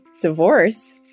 divorce